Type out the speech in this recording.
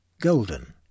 golden